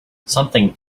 something